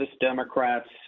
Democrats